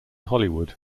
hollywood